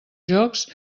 jocs